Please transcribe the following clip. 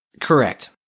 Correct